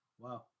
wow